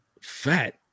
Fat